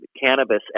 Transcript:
cannabis